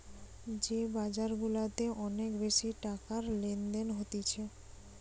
যে বাজার গুলাতে অনেক বেশি টাকার লেনদেন হতিছে